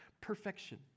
perfection